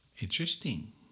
Interesting